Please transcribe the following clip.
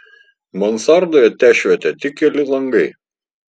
mansardoje tešvietė tik keli langai